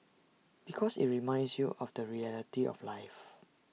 because IT reminds you of the reality of life